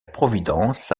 providence